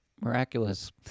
miraculous